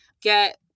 get